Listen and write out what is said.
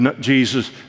Jesus